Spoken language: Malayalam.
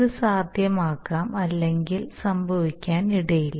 ഇത് സാധ്യമാകാം അല്ലെങ്കിൽ സംഭവിക്കാനിടയില്ല